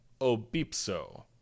Obipso